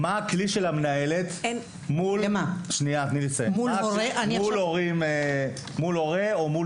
מה הכלי של המנהלת מול הורה או מול